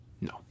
No